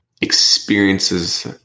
experiences